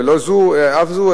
ולא זו אף זו,